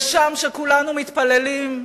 ושם, כשכולנו מתפללים,